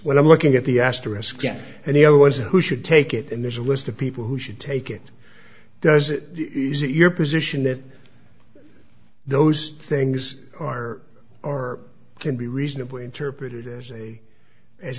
when i'm looking at the asterisk and there was a who should take it and there's a list of people who should take it does it is it your position that those things or or can be reasonably interpreted as a as